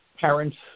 parents